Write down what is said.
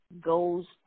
goes